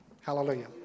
Hallelujah